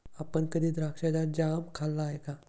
आपण कधी द्राक्षाचा जॅम खाल्ला आहे का?